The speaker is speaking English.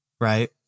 right